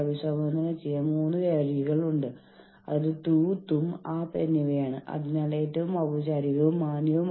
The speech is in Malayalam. അതിനാൽ നിങ്ങൾക്കറിയാമോ ഈ സാഹചര്യത്തിൽ ഒരുതരം പരസ്പര പിന്തുണയുണ്ട്